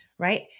Right